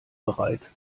bereit